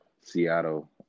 Seattle